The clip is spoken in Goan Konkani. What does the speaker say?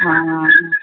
आं